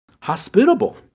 hospitable